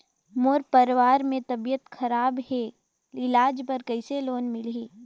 मोर परवार मे तबियत खराब हे इलाज बर कइसे लोन मिलही?